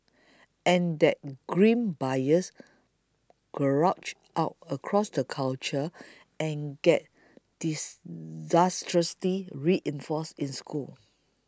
and that grim bias trudges out across the culture and gets disastrously reinforced in schools